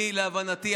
להבנתי,